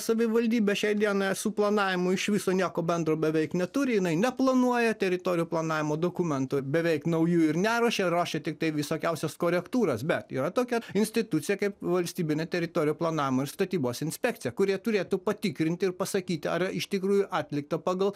savivaldybė šiai dienai suplanavimo iš viso nieko bendro beveik neturi jinai neplanuoja teritorijų planavimo dokumentų beveik naujų ir neruošia ruošia tiktai visokiausias korektūras bet yra tokia institucija kaip valstybinė teritorijų planavimo ir statybos inspekcija kurie turėtų patikrinti ir pasakyti ar iš tikrųjų atlikta pagal